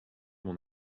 mon